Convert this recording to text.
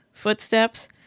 footsteps